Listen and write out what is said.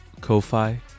Ko-Fi